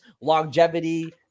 longevity